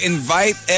Invite